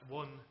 one